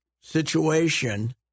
situation